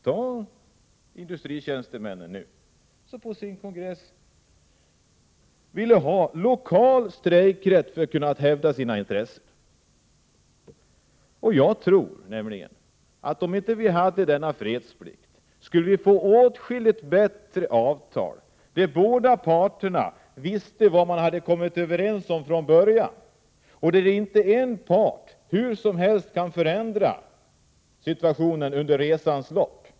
Ta industritjänstemännen som nu på sin kongress ville ha lokal strejkrätt för att kunna hävda sina intressen. Jag tror nämligen att vi, om vi inte hade den här fredsplikten, skulle få mycket bättre avtal, där båda parterna visste vad de hade kommit överens om från början och där inte en part hur som helst kunde förändra situationen under resans lopp.